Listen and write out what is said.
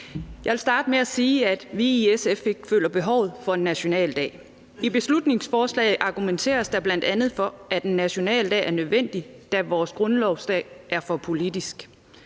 Jeg vil starte med at sige, at vi i SF ikke føler behovet for en nationaldag. I beslutningsforslaget argumenteres der bl.a. for, at en nationaldag er nødvendig, da vores grundlovsdag er for politisk.